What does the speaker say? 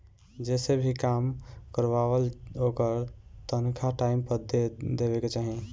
जेसे भी काम करवावअ ओकर तनखा टाइम पअ दे देवे के चाही